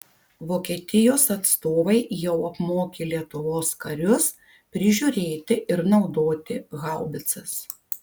vokietijos atstovai jau apmokė lietuvos karius prižiūrėti ir naudoti haubicas